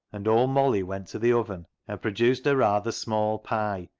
and old molly went to the oven and produced a rather small pie,